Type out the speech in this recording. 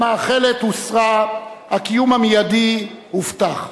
המאכלת הוסרה, הקיום המיידי הובטח.